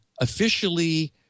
officially